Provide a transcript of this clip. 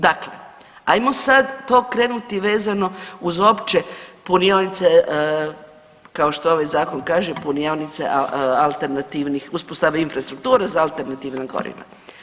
Dakle, ajmo sad to krenuti vezano uz opće punionice kao što ovaj zakon kaže, punionice alternativnih, uspostava infrastrukture za alternativna goriva.